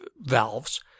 valves